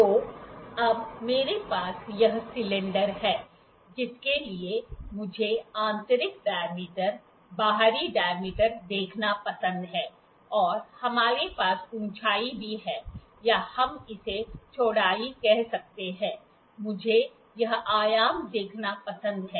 तो अब मेरे पास यह सिलेंडर है जिसके लिए मुझे आंतरिक डाय्मीटर बाहरी डाय्मीटर देखना पसंद है और हमारे पास ऊंचाई भी है या हम इसे चौड़ाई कह सकते हैं मुझे यह आयाम देखना पसंद है